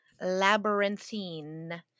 Labyrinthine